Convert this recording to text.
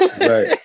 Right